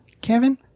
Kevin